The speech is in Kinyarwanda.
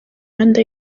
rwanda